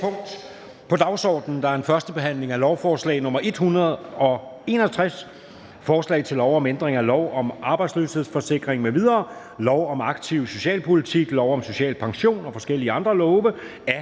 på dagsordenen er: 16) 1. behandling af lovforslag nr. L 161: Forslag til lov om ændring af lov om arbejdsløshedsforsikring m.v., lov om aktiv socialpolitik, lov om social pension og forskellige andre love.